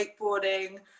wakeboarding